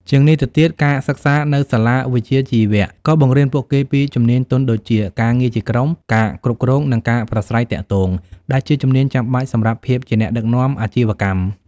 ជាងនេះទៅទៀត ការសិក្សានៅសាលាវិជ្ជាជីវៈ ក៏បង្រៀនពួកគេពីជំនាញទន់ដូចជា ការងារជាក្រុម ការគ្រប់គ្រង និងការប្រាស្រ័យទាក់ទង ដែលជាជំនាញចាំបាច់សម្រាប់ភាពជាអ្នកដឹកនាំអាជីវកម្ម។